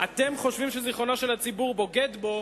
אתם חושבים שזיכרונו של הציבור בוגד בו